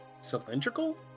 Cylindrical